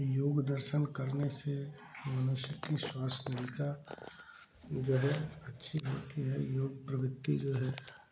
योग दर्शन करने से मनुष्य कि स्वास्थ्य रेखा जो है अच्छी होती है योग प्रवृत्ति जो है